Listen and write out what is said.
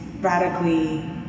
radically